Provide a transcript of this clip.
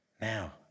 now